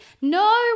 No